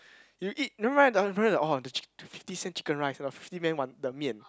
you eat never mind remember oh the chick~ the fifty cent chicken rice or fifty cent the 面